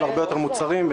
זה